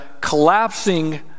collapsing